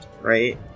right